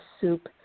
soup